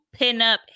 pinup